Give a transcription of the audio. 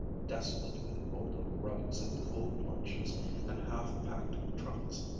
desolate with rolled-up rugs and cold lunches and half-packed trunks,